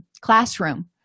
classroom